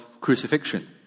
crucifixion